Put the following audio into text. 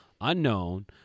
unknown